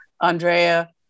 Andrea